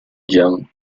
jan